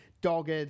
dogged